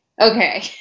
okay